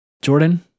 Jordan